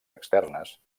externes